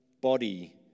body